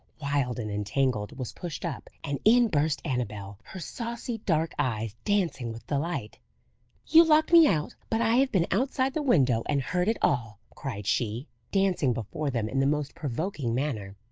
wild and entangled, was pushed up, and in burst annabel, her saucy dark eyes dancing with delight. you locked me out, but i have been outside the window and heard it all, cried she, dancing before them in the most provoking manner.